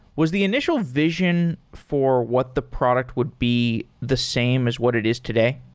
was the initial vision for what the product would be the same as what it is today?